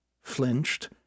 flinched